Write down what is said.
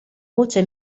voce